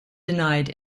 denied